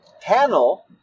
panel